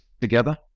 together